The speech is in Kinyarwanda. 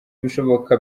ibishoboka